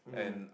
mm